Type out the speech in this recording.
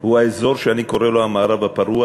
הוא אזור שאני קורא לו המערב הפרוע,